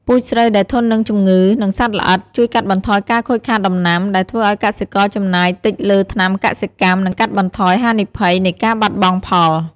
ពូជស្រូវដែលធន់នឹងជំងឺ និងសត្វល្អិត ជួយកាត់បន្ថយការខូចខាតដំណាំ ដែលធ្វើឱ្យកសិករចំណាយតិចលើថ្នាំកសិកម្ម និងកាត់បន្ថយហានិភ័យនៃការបាត់បង់ផល។